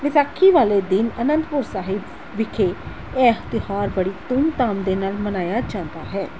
ਵਿਸਾਖੀ ਵਾਲੇ ਦਿਨ ਆਨੰਦਪੁਰ ਸਾਹਿਬ ਵਿਖੇ ਇਹ ਤਿਉਹਾਰ ਬੜੀ ਧੂਮ ਧਾਮ ਦੇ ਨਾਲ ਮਨਾਇਆ ਜਾਂਦਾ ਹੈ